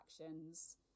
actions